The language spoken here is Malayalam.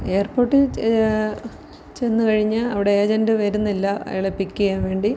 എയർപോർട്ടിൽ ചെന്ന് കഴിഞ്ഞ് അവിടെ ഏജൻറ്റ് വരുന്നില്ല അയാളെ പിക്കെയ്യാൻ വേണ്ടി